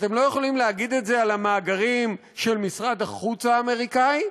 אתם לא יכולים להגיד את זה על המאגרים של משרד החוץ האמריקני?